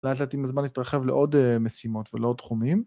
ואז לאט עם הזמן להתרחב לעוד משימות ולעוד תחומים.